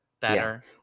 better